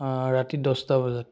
ৰাতি দহটা বজাত